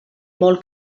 molt